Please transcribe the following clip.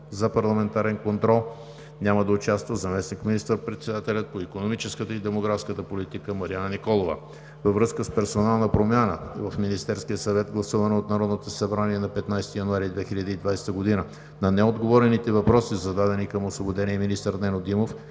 за парламентарен контрол няма да участва заместник министър-председателят по икономическата и демографската политика Марияна Николова. Във връзка с персонална промяна в Министерския съвет, гласувана от Народното събрание на 15 януари 2020 г., на неотговорените въпроси, зададени към освободения министър Нено Димов,